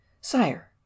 Sire